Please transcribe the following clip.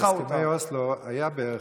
אבל בהסכמי אוסלו היה בערך,